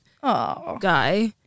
guy